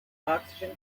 oxygen